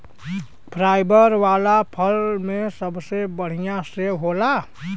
fibre वाला फल में सबसे बढ़िया सेव होला